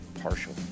partial